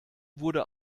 wurde